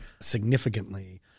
significantly